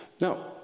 Now